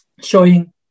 showing